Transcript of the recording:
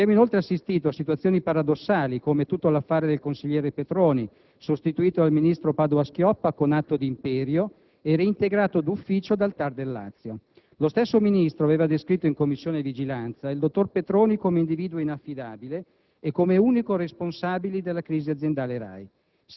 Abbiamo inoltre assistito a situazioni paradossali, come tutto l'affare del consigliere Petroni, sostituito dal ministro Padoa-Schioppa con atto d'imperio e reintegrato d'ufficio dal TAR del Lazio. Lo stesso Ministro aveva descritto in Commissione vigilanza il dottor Petroni come individuo inaffidabile e come unico responsabile della crisi aziendale RAI.